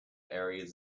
areas